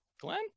Glenn